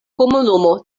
komunumo